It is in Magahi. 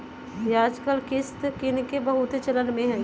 याजकाल किस्त किनेके बहुते चलन में हइ